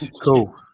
cool